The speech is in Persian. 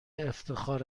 افتخار